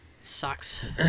Sucks